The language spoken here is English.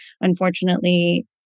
Unfortunately